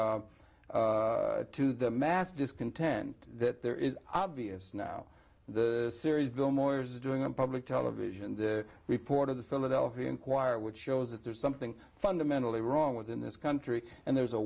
to the mass discontent that there is obvious now the series bill moyers is doing on public television the report of the philadelphia inquirer which shows that there's something fundamentally wrong with in this country and there's a